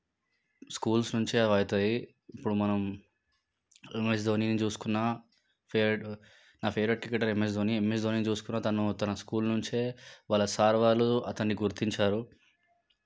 schools నుంచే అవి అవుతుంది ఇప్పుడు మనం ఎంఎస్ ధోనిని చూసుకున్నా ఫేవరేట్ నా favourite cricketer MS Dhoni MS Dhoni చూసుకున్నా తను తన స్కూల్ నుంచే వాళ్ళ సార్ వాళ్ళు అతన్ని గుర్తించారు